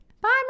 Bye